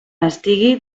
estigui